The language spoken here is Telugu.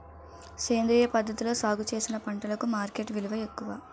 సేంద్రియ పద్ధతిలో సాగు చేసిన పంటలకు మార్కెట్ విలువ ఎక్కువ